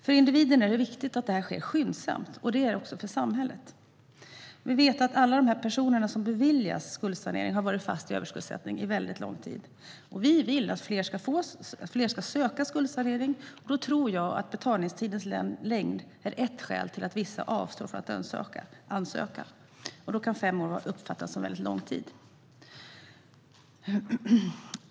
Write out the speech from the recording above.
För individen är det viktigt att det sker skyndsamt, och det gäller även för samhället. Vi vet att alla dessa personer som beviljas skuldsanering har varit fast i överskuldsättning lång tid. Vi vill att fler ska söka skuldsanering. Jag tror att betalningstidens längd är ett skäl till att vissa avstår från att ansöka. Fem år kan uppfattas som en lång tid.